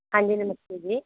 ਹਾਂਜੀ ਨਮਸਤੇ ਜੀ